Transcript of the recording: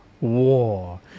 War